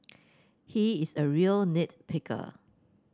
he is a real nit picker